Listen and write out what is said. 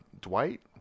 Dwight